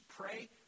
pray